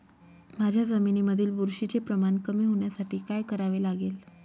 माझ्या जमिनीमधील बुरशीचे प्रमाण कमी होण्यासाठी काय करावे लागेल?